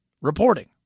reporting